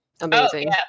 Amazing